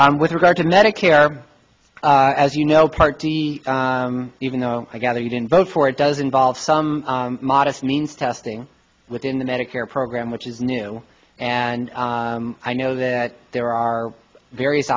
with regard to medicare as you know part d even though i gather you didn't vote for it does involve some modest means testing within the medicare program which is new and i know that there are various